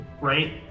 right